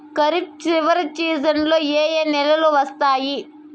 ఖరీఫ్ చివరి సీజన్లలో ఏ ఏ నెలలు వస్తాయి